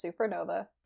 supernova